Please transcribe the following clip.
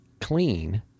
clean